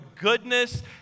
goodness